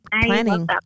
planning